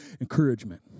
Encouragement